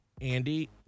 Andy